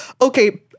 okay